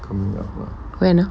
when ah